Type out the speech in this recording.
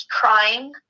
crying